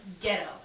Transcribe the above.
Ghetto